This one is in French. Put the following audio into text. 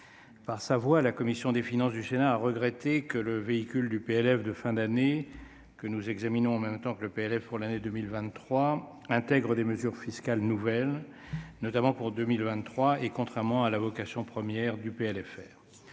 Par sa voix, la commission des finances du Sénat a regretté que le véhicule du PLFR de fin d'année que nous examinons en même temps que le PLF pour l'année 2023 intègre des mesures fiscales nouvelles, notamment pour 2023, contrairement à la vocation première d'un PLFR.